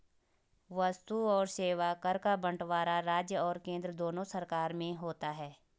वस्तु और सेवा कर का बंटवारा राज्य और केंद्र दोनों सरकार में होता है